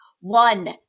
one